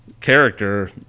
character